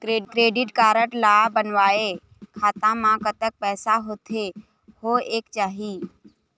Credit card ला बनवाए खाता मा कतक पैसा होथे होएक चाही?